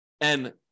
and-